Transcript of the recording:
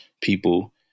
people